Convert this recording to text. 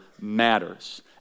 matters